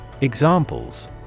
Examples